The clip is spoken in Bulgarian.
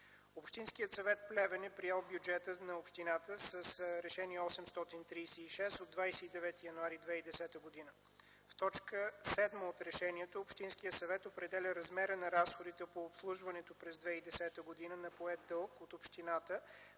Общинският съвет – Плевен, е приел бюджета на общината с Решение № 836 от 29 януари 2010 г. В т. 7 от решението Общинският съвет определя размера на разходите по обслужването през 2010 г. на поет дълг от общината